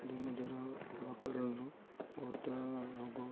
dengue ଜ୍ୱର ହେବା କାରଣରୁ ବହୁତ ରୋଗ